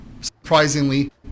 surprisingly